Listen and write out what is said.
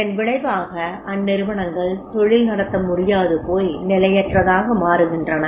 இதன் விளைவாக அந்நிறுவனங்கள் தொழில் நடத்த முடியாதுபோய் நிலையற்றதாக மாறுகின்றன